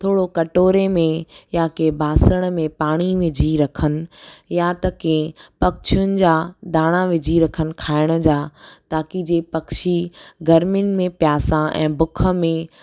थोरो कटोरे में या कंहिं बासण में पाणी विझी रखनि या त कीअं पक्षियुनि जा दाणा विझी रखनि खाइण जा ताकी जीअं ई पक्षी गर्मियुनि में प्यासा ऐं भुख में